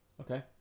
Okay